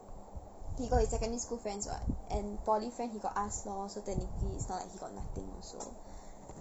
he got his secondary school friends [what] and poly friend he got us lor so technically it's not like he got nothing also